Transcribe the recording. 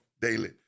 daily